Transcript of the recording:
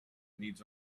needs